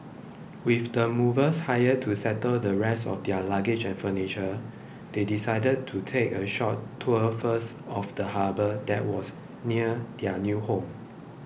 with the movers hired to settle the rest of their luggage and furniture they decided to take a short tour first of the harbour that was near their new home